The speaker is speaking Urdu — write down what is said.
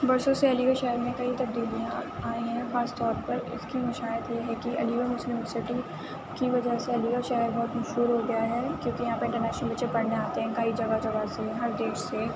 برسوں سے علی گڑھ شہر میں کئی تبدیلیاں آئیں ہیں خاص طور پر اِس کی مشاہد یہ ہے کہ علی گڑھ مسلم یونیورسٹی کی وجہ سے علی گڑھ شہر بہت مشہور ہو گیا ہے کیونکہ یہاں پر انٹر نیشنل بچے پڑھنے آتے ہیں کئی جگہ جگہ سے ہر دیش سے